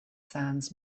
sands